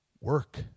work